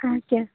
ଆଜ୍ଞା